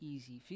Easy